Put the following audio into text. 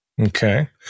Okay